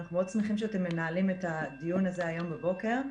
אנחנו מאוד שמחים שאתם מנהלים את הדיון הזה היום בבוקר.